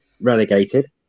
Relegated